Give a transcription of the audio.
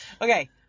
Okay